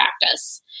practice